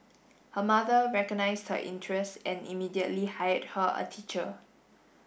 her mother recognised her interest and immediately hired her a teacher